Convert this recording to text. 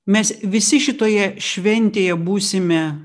mes visi šitoj šventėje būsime